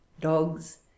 dogs